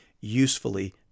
usefully